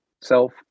self